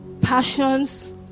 passions